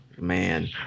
man